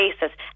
basis